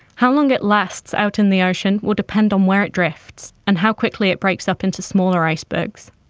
how long it lasts out in the ocean will depend on where it drifts, and how quickly it breaks up into smaller icebergs.